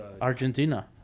Argentina